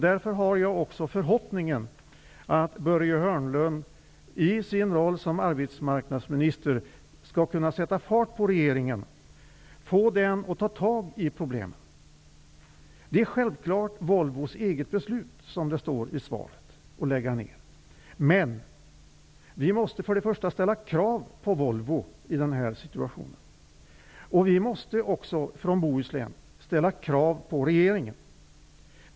Därför har jag också förhoppningen att Börje Hörnlund i sin roll som arbetsmarknadsminister skall kunna sätta fart på regeringen och få den att ta tag i problemen. Det är självklart att beslutet att lägga ned är Volvos eget -- som Börje Hörnlund sade i sitt svar. Men vi måste först och främst ställa krav på Volvo i den här situationen, och vi från Bohuslän måste ställa krav på regeringen.